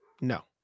No